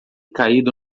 caído